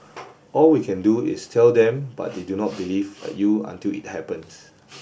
all we can do is tell them but they do not believe you until it happens